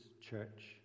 church